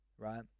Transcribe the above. Right